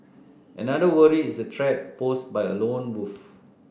another worry is the threat posed by a lone wolf